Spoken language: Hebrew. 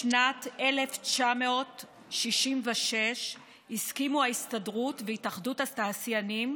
בשנת 1966 הסכימו ההסתדרות והתאחדות התעשיינים,